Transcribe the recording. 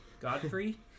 Godfrey